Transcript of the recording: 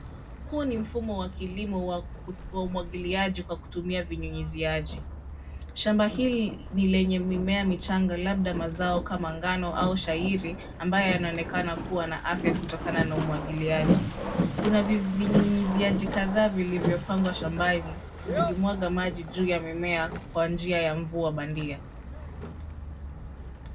Huu ni mfumo wa kilimo wa umwagiliaji kwa kutumia vinyunyiziaji. Shamba hili ni lenye mimea michanga labda mazao kama ngano au shairi ambayo yanaonekana kuwa na afya kutokana na umwagiliaji. Kuna vinyunyiziaji kadhaa vilivyopangwa shambani vikimwaga maji juu ya mimea kwa njia ya mvua bandia.